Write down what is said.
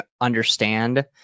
understand